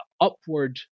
upward